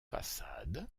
façade